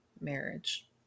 marriage